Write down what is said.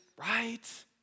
right